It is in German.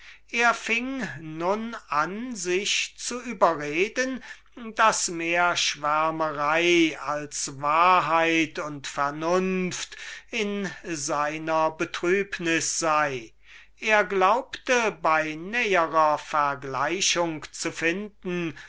er fing nun an sich zu überreden daß mehr schwärmerei als wahrheit und vernunft in seiner betrübnis sei er glaubte bei näherer vergleichung zu finden